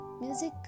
music